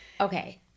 Okay